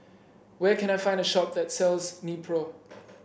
where can I find a shop that sells Nepro